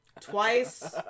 twice